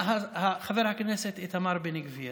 חבר הכנסת איתמר בן גביר.